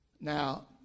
Now